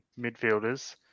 midfielders